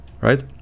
right